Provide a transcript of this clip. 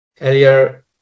earlier